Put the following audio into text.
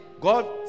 God